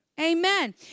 Amen